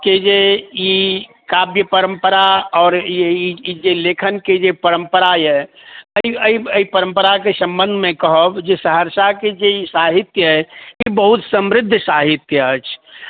के जे ई काब्य परम्परा आओर ई ई जे लेखनके जे परम्परा यऽ एहि एहि एहि परम्पराके सम्बन्धमे कहब जे सहरसाके जे ई साहित्य अइ ई बहुत समृद्ध साहित्य अछि